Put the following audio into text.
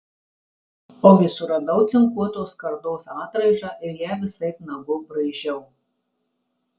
ogi suradau cinkuotos skardos atraižą ir ją visaip nagu braižiau